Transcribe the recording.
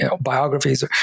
biographies